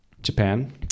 japan